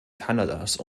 kanadas